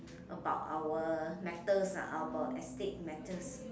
about our matters are about our estate matters